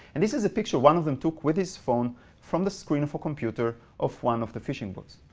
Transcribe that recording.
and this is a picture one of them took with his phone from the screen of a computer of one of the fishing boats.